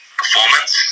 performance